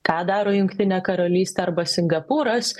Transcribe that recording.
ką daro jungtinė karalystė arba singapūras